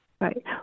Right